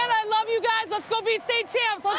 i love you guys. let's go be state champions.